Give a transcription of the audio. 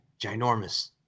ginormous